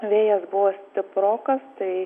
vėjas buvo stiprokas tai